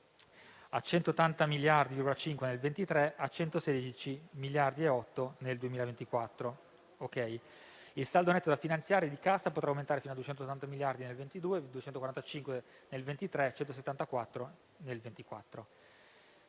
a 180,5 miliardi nel 2023 e a 116,8 miliardi nel 2024. Il saldo netto da finanziare di cassa potrà aumentare fino a 280 miliardi nel 2022, a 245,5 miliardi nel 2023